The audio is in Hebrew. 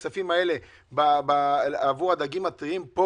מנהל ועדת הכספים, אתה מכותב.